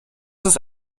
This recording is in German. ist